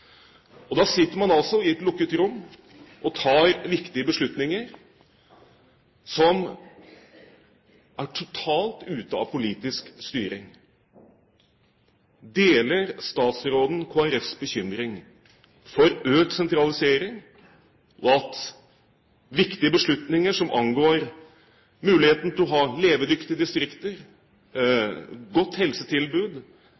Da sitter man altså i et lukket rom og tar viktige beslutninger som er totalt ute av politisk styring. Deler statsråden Kristelig Folkepartis bekymring for økt sentralisering og for at viktige beslutninger som gjelder muligheten til å ha levedyktige distrikter